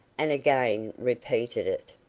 and again repeated it,